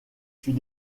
fut